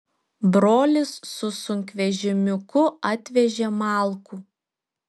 brolis su sunkvežimiuku atvežė malkų